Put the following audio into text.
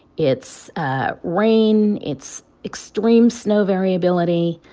it's ah rain. it's extreme snow variability.